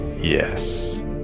yes